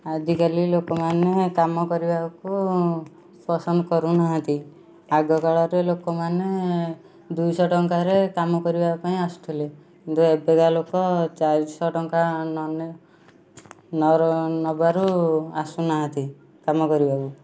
ଆଜିକାଲି ଲୋକମାନେ କାମ କରିବାକୁ ପସନ୍ଦ କରୁନାହାଁନ୍ତି ଆଗକାଳରେ ଲୋକମାନେ ଦୁଇଶହ ଟଙ୍କାରେ କାମ କରିବାପାଇଁ ଆସୁଥିଲେ କିନ୍ତୁ ଏବେ କା ଲୋକ ଚାରିଶହ ଟଙ୍କା ନ ନେଇ ନର ନବାରୁ ଆସୁନାହାଁନ୍ତି କାମ କରିବାକୁ